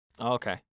Okay